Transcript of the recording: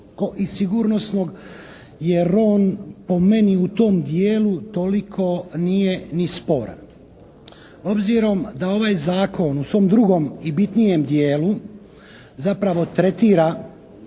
i sigurnosnog jer on po meni u tom dijelu toliko nije ni sporan. Obzirom da ovaj zakon u svom drugom i bitnijem dijelu zapravo tretira